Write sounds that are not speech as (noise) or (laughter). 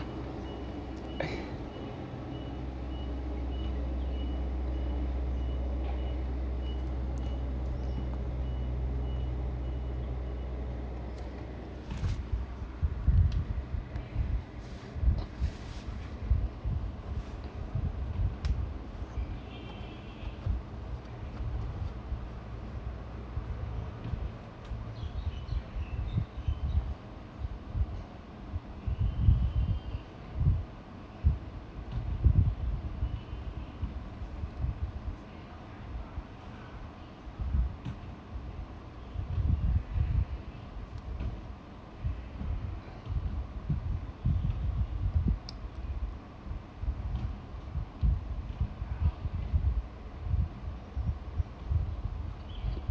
(laughs) (noise)